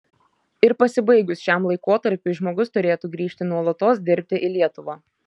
ir pasibaigus šiam laikotarpiui žmogus turėtų grįžti nuolatos dirbti į lietuvą